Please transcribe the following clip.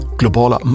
globala